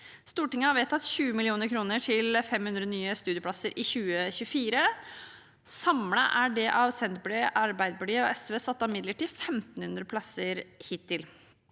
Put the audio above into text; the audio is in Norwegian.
Stortinget har vedtatt 20 mill. kr til 500 nye studieplasser i 2024. Samlet er det av Senterpartiet, Arbeiderpartiet og SV satt av midler til 1 500 plasser hittil.